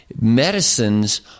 Medicines